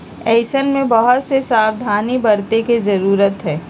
ऐसन में बहुत से सावधानी बरते के जरूरत हई